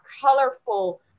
colorful